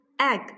egg